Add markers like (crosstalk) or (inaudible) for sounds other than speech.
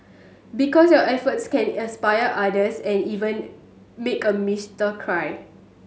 because your efforts can inspire others and even make a (unintelligible) cry